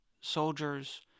soldiers